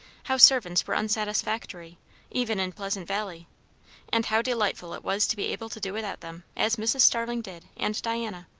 how servants were unsatisfactory, even in pleasant valley and how delightful it was to be able to do without them, as mrs. starling did and diana.